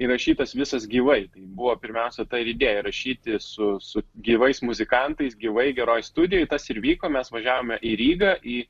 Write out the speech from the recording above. įrašytas visas gyvai tai buvo pirmiausia ta ir idėja rašyti su su gyvais muzikantais gyvai geroj studijoj tas ir vyko mes važiavome į rygą į